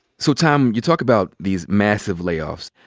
so tom, you talk about these massive lay-offs,